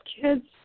kids